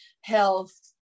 health